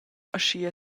aschia